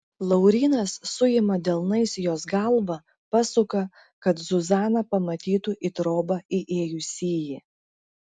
laurynas suima delnais jos galvą pasuka kad zuzana pamatytų į trobą įėjusįjį